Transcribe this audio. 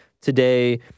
today